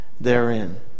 therein